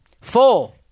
Four